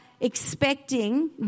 expecting